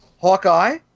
Hawkeye